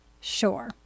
Sure